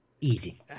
Easy